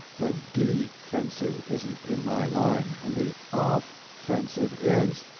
the de fensive isn't in my line, and the of fensive is.